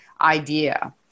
idea